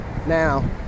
now